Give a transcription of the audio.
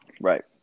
Right